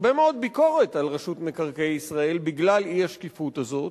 הרבה מאוד ביקורת על רשות מקרקעי ישראל בגלל האי-שקיפות הזאת.